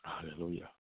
Hallelujah